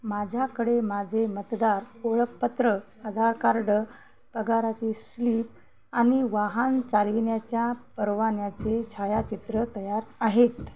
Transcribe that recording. माझ्याकडे माझे मतदार ओळखपत्र आधार कार्ड पगाराची स्लीप आणि वाहन चालवण्याच्या परवान्याचे छायाचित्र तयार आहेत